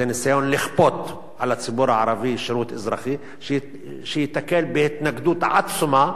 זה ניסיון לכפות על הציבור הערבי שירות אזרחי שייתקל בהתנגדות עצומה.